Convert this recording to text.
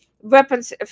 weapons